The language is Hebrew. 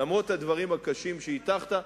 למרות הדברים הקשים שהטחת,